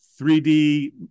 3D